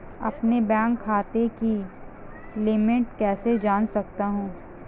अपने बैंक खाते की लिमिट कैसे जान सकता हूं?